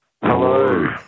Hello